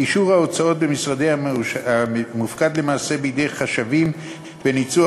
אישור הוצאות משרדי הממשלה מופקד למעשה בידי חשבים בניצוח